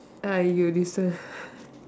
ah you deserve